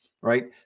right